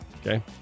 okay